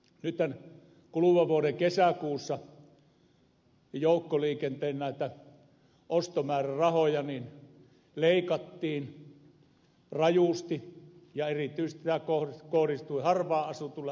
nythän kuluvan vuoden kesäkuussa joukkoliikenteen ostomäärärahoja leikattiin rajusti ja erityisesti tämä kohdistui harvaanasutuille alueille